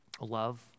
love